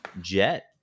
jet